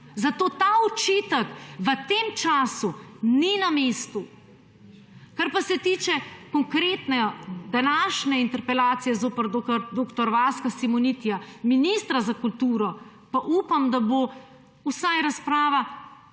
zato ta očitek v tem času ni na mestu. Kar pa se tiče konkretne današnje interpelacije zoper dr. Vaska Simonitija, ministra za kulturo, pa upam, da bo vsaj razprava